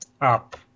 up